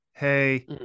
Hey